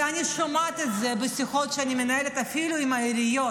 ואני שומעת את זה בשיחות שאני מנהלת אפילו עם העיריות,